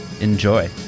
enjoy